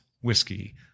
whiskey